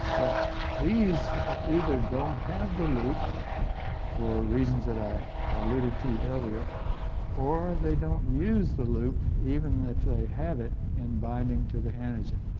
but these either don't have the loop for reasons that i alluded to earlier or they don't use the loop even if they have it in binding the antigen.